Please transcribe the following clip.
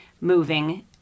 moving